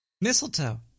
mistletoe